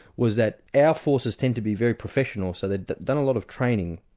was that our forces tend to be very professional so they've done a lot of training,